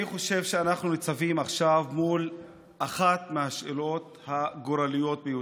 אני חושב שאנחנו ניצבים עכשיו מול אחת מהשאלות הגורליות ביותר.